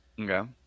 Okay